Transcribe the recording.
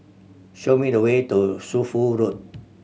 show me the way to Shunfu Road